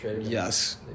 Yes